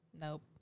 nope